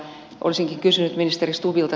olisinkin kysynyt ministeri stubbilta